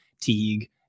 Teague